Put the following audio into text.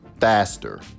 faster